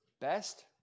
Best